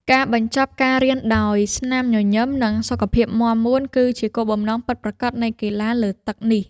ការបញ្ចប់ការរៀនដោយស្នាមញញឹម និងសុខភាពមាំមួន គឺជាគោលបំណងពិតប្រាកដនៃកីឡាលើទឹកនេះ។